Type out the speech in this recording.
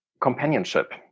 companionship